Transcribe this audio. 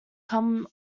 come